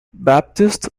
baptist